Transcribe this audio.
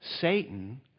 Satan